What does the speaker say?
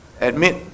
admit